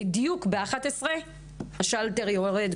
בדיוק בשעה 11:00 השלטר יורד,